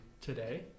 today